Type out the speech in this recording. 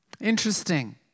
Interesting